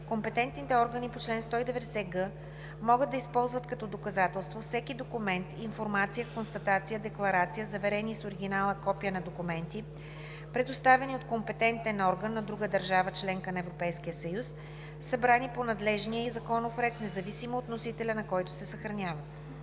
компетентните органи по чл. 190г могат да използват като доказателство всеки документ, информация, констатация, декларация, заверени с оригинала копия на документи, предоставени от компетентен орган на друга държава – членка на Европейския съюз, събрани по надлежния ѝ законов ред, независимо от носителя, на който се съхраняват.